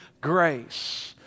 grace